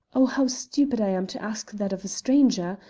oh, how stupid i am to ask that of a stranger!